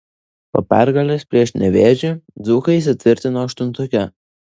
po pergalės prieš nevėžį dzūkai įsitvirtino aštuntuke